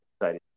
exciting